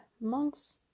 Monks